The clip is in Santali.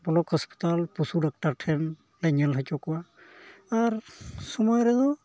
ᱵᱞᱚᱠ ᱦᱟᱥᱯᱟᱛᱟᱞ ᱯᱚᱥᱩ ᱰᱟᱠᱛᱟᱨ ᱴᱷᱮᱱ ᱞᱮ ᱧᱮᱞ ᱦᱚᱪᱚ ᱠᱚᱣᱟ ᱟᱨ ᱥᱚᱢᱚᱭ ᱨᱮᱫᱚ